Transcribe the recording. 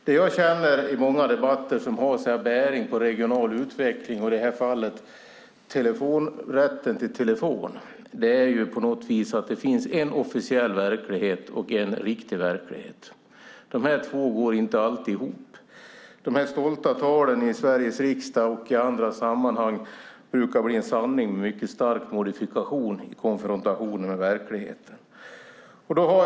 Det jag känner i många debatter som har bäring på regional utveckling, i det här fallet rätten till telefon, är att det på något vis finns en officiell verklighet och en riktig verklighet. Dessa två går inte alltid ihop. De stolta talen i Sveriges riksdag och andra sammanhang brukar i konfrontation med verkligheten bli till sanningar med mycket stark modifikation.